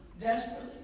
desperately